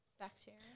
Bacteria